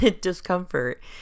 discomfort